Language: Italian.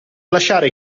lasciare